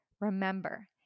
Remember